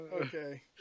okay